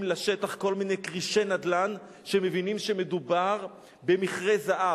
לשטח כל מיני כרישי נדל"ן שמבינים שמדובר במכרה זהב.